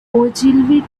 ogilvy